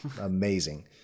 amazing